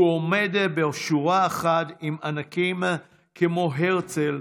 הוא עומד בשורה אחת עם ענקים כמו הרצל,